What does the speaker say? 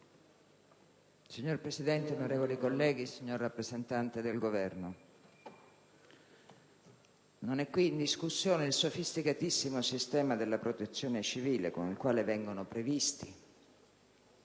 Signor Presidente, onorevoli colleghi, signor rappresentante del Governo, non è qui in discussione il sofisticatissimo sistema della Protezione civile, con il quale vengono previsti